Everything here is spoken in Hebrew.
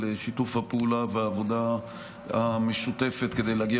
על שיתוף הפעולה והעבודה המשותפת כדי להגיע